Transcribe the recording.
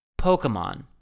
Pokemon